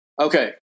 Okay